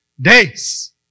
days